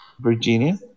Virginia